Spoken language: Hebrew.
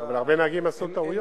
אבל הרבה נהגים עשו טעויות.